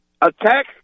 Attack